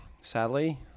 sadly